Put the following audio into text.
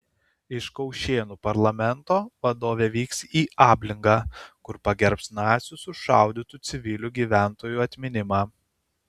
iš kaušėnų parlamento vadovė vyks į ablingą kur pagerbs nacių sušaudytų civilių gyventojų atminimą